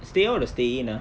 stay out or stay in ah